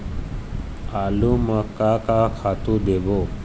आलू म का का खातू देबो?